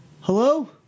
hello